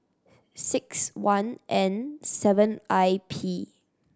six one N seven I P